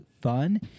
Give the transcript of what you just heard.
fun